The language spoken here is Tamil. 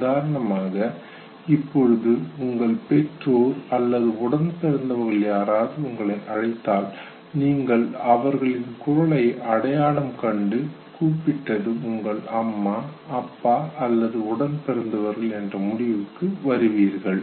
உதாரணமாக இப்பொழுது உங்கள் பெற்றோர் அல்லது உடன்பிறந்தவர்கள் யாராவது உங்களை அழைத்தால் நீங்கள் அவர்களின் குரல்களை அடையாளம் கண்டு கூப்பிட்டது உங்கள் அம்மா அப்பா அல்லது உடன்பிறந்தவர்கள் என்று முடிவுக்கு வருவீர்கள்